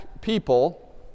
people